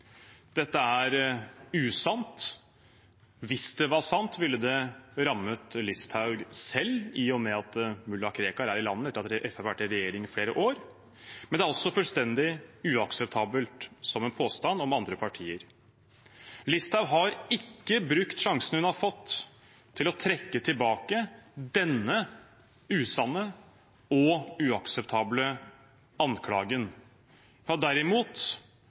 Dette er usant. Hvis det var sant, ville det rammet Listhaug selv, i og med at mulla Krekar er i landet selv om Fremskrittspartiet har vært i regjering i flere år. Men det er også fullstendig uakseptabelt som en påstand om andre partier. Listhaug har ikke brukt sjansen hun har fått til å trekke tilbake denne usanne og uakseptable anklagen. Hun har derimot